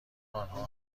آنها